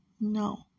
No